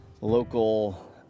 local